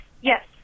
Yes